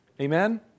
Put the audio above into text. Amen